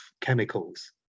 chemicals